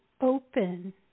open